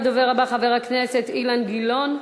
הדובר הבא, חבר הכנסת אילן גילאון,